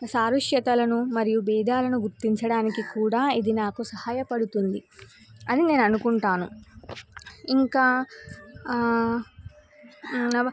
సారుష్యతలను మరియు బేదాలను గుర్తించడానికి కూడా ఇది నాకు సహాయపడుతుంది అని నేను అనుకుంటాను ఇంకా